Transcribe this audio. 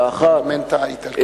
האחת,